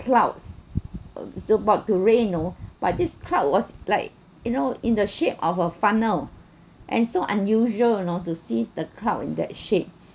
clouds it was about to rain you know but this cloud was like you know in the shape of a funnel and so unusual you know to see the cloud in that shape